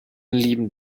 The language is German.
lieben